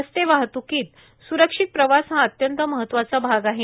रस्ते वाहतृकीत स्रक्षित प्रवास हा अत्यंत महत्वाचा भाग आहे